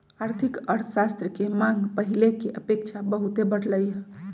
आर्थिक अर्थशास्त्र के मांग पहिले के अपेक्षा बहुते बढ़लइ ह